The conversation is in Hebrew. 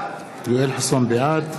בעד